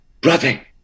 brother